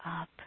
up